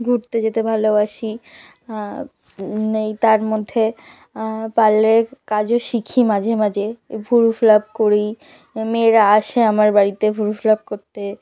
ঘুরতে যেতে ভালোবাসি নেই তার মধ্যে পার্লারে কাজও শিখি মাঝে মাঝে এ ভুরু প্লাক করি মেয়েরা আসে আমার বাড়িতে ভুরু প্লাক করতে